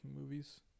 movies